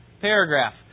Paragraph